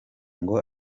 ngo